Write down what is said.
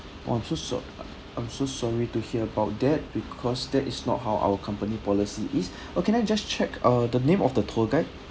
oh I'm so sor~ I'm so sorry to hear about that because that is not how our company policy is oh can I just check uh the name of the tour guide